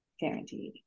guaranteed